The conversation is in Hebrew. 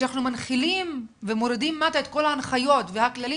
כשאנחנו מנחילים ומורידים מטה את כל ההנחיות והכללים,